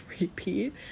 repeat